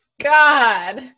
god